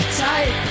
tight